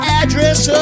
address